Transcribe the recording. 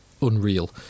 unreal